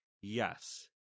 Yes